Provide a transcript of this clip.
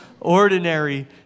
ordinary